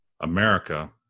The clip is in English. America